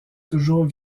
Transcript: toujours